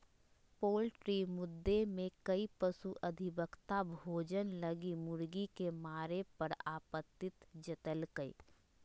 poultry मुद्दे में कई पशु अधिवक्ता भोजन लगी मुर्गी के मारे पर आपत्ति जतैल्कय